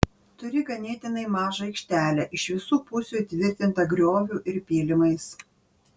turi ganėtinai mažą aikštelę iš visų pusių įtvirtintą grioviu ir pylimais